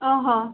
ଓହୋ